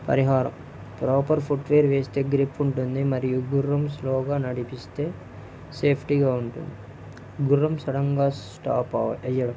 పరిహారం proper footwear వేస్తే grip ఉంటుంది మరియు గుర్రం స్లోగా నడిపిస్తే సేఫ్టీగా ఉంటుంది గుర్రం సడన్గా స్టాప్ వెయ్యడం